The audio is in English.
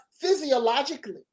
physiologically